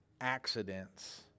accidents